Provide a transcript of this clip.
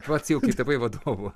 pats jau tapai vadovu